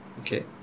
Okay